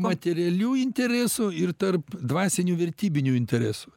materialių interesų ir tarp dvasinių vertybinių interesų